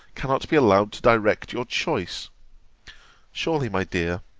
cannot be allowed to direct your choice surely, my dear